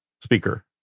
speaker